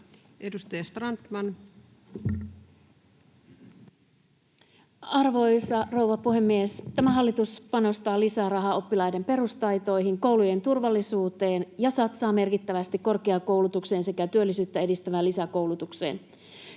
12:14 Content: Arvoisa rouva puhemies! Tämä hallitus panostaa lisää rahaa oppilaiden perustaitoihin, koulujen turvallisuuteen ja satsaa merkittävästi korkeakoulutukseen sekä työllisyyttä edistävään lisäkoulutukseen.